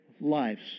lives